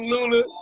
Luna